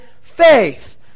faith